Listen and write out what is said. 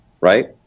right